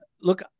Look